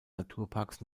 naturparks